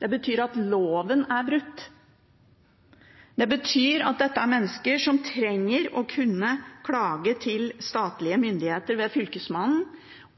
Det betyr at loven er brutt. Dette er mennesker som trenger å kunne klage til statlige myndigheter ved Fylkesmannen,